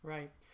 Right